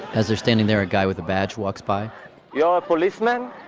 as they're standing there, a guy with a badge walks by you're a policeman?